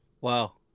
Wow